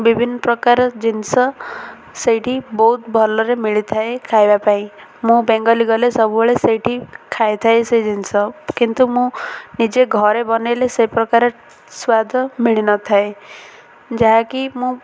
ବିଭିନ୍ନ ପ୍ରକାର ଜିନିଷ ସେଇଠି ବହୁତ ଭଲରେ ମିଳିଥାଏ ଖାଇବା ପାଇଁ ମୁଁ ବେଙ୍ଗଲ ଗଲେ ସବୁବେଳେ ସେଇଠି ଖାଇଥାଏ ସେହି ଜିନିଷ କିନ୍ତୁ ମୁଁ ନିଜେ ଘରେ ବନାଇଲେ ସେ ପ୍ରକାର ସ୍ୱାଦ ମିଳିନଥାଏ ଯାହାକି ମୁଁ